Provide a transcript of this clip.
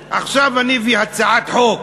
איך אמר ידידי, אפילו עכשיו אני אביא הצעת חוק,